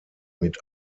mit